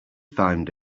find